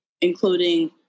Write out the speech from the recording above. including